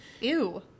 Ew